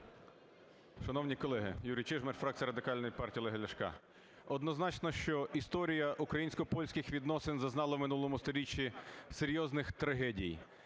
Шановні колеги! Юрій Чижмарь, фракція Радикальної партії Олега Ляшка. Однозначно, що історія українсько-польських відносин зазнала в минулому сторіччі серйозних трагедій.